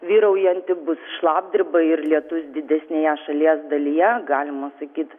vyraujanti bus šlapdriba ir lietus didesnėje šalies dalyje galima sakyt